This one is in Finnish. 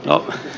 näin